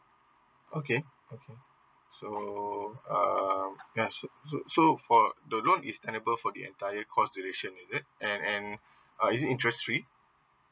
okay okay so um yes so so for the loan is tenable for the entire course duration is it and and uh is it interest free